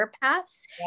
paths